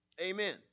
Amen